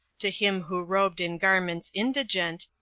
to him who robed in garments indigent,